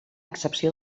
excepció